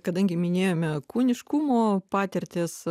kadangi minėjome kūniškumo patirtis